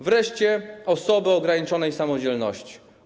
Wreszcie osoby o ograniczonej samodzielności.